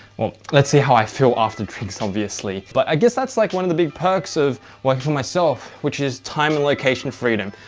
well, let's see how i feel after drinks, obviously. but i guess that's like one of the big perks of working for myself, which is time and location freedom.